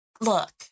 Look